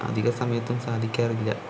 അധിക സമയത്തും സാധിക്കാറില്ല